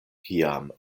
kiam